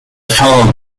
followed